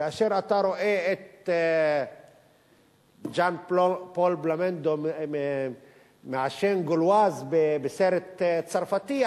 כאשר אתה רואה את ז'אן-פול בלמונדו מעשן "גולואז" בסרט צרפתי,